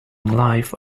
life